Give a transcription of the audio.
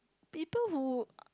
people who